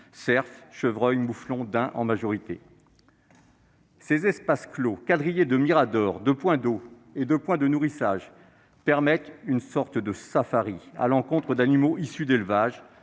cerfs, de chevreuils, de mouflons et de daims. Ces espaces clos quadrillés de miradors, de points d'eau et de points de nourrissage permettent une sorte de safari à l'encontre d'animaux issus d'élevage,